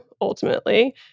ultimately